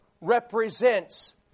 represents